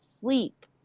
sleep